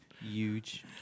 Huge